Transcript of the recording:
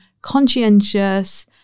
conscientious